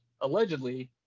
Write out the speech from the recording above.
allegedly